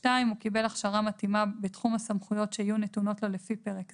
הוא קיבל הכשרה מתאימה בתחום הסמכויות שיהיו נתונות לו לפי פרק זה,